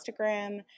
Instagram